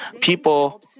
People